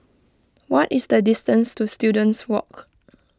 what is the distance to Students Walk